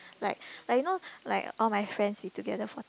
like like you know like all my friends we together for